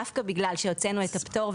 דווקא בגלל שהוצאנו את הפטור.